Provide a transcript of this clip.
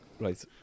Right